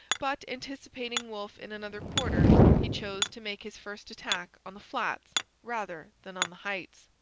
but, anticipating wolfe in another quarter, he chose to make his first attack on the flats rather than on the heights.